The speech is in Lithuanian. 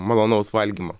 malonaus valgymo